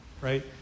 right